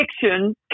Fiction